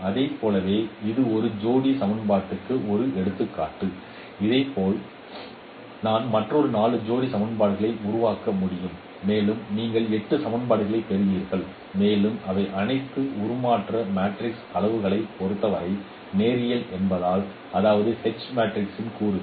இதைப் போலவே இது ஒரு ஜோடி சமன்பாடுகளுக்கு ஒரு எடுத்துக்காட்டு இதேபோல் நாம் மற்றொரு 4 ஜோடி சமன்பாடுகளை உருவாக்க முடியும் மேலும் நீங்கள் 8 சமன்பாடுகளைப் பெறுவீர்கள் மேலும் அவை அனைத்தும் உருமாற்ற மேட்ரிக்ஸின் அளவுருக்களைப் பொறுத்தவரை நேரியல் என்பதால் அதாவது H மேட்ரிக்ஸின் கூறுகள்